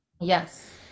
Yes